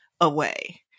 away